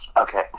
Okay